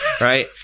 right